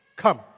Come